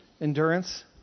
endurance